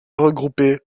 regroupés